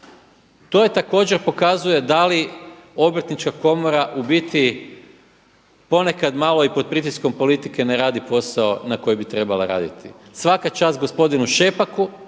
To također pokazuje da li Obrtnička komora u biti ponekad malo i pod pritiskom politike ne radi posao na koji bi trebala raditi. Svaka čast gospodinu Šepaku,